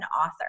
author